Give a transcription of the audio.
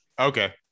Okay